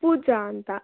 ಪೂಜಾ ಅಂತ